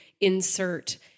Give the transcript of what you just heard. insert